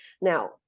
now